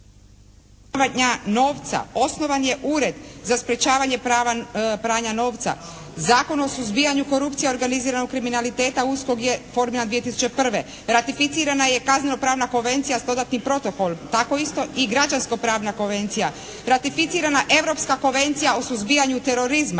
Osnovan je Ured za sprječavanje pranja novca. Zakon o suzbijanju korupcija organiziranog kriminaliteta, USKOK je formiran 2001. Ratificirana je kazneno-pravna konvencija uz dodatni protokol. Tako isto i građansko pravna konvencija, ratificirana Europska konvencija o suzbijanju terorizma